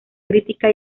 crítica